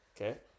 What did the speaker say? Okay